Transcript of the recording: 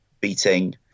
beating